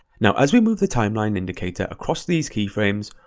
now as we move the timeline indicator across these keyframes,